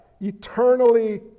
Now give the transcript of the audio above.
eternally